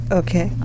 okay